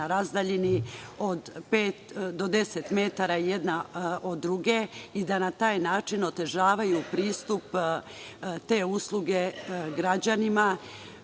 razdaljini od pet do deset metara jedna od druge, i da na taj način otežavaju pristup, te usluge građanima.